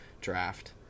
draft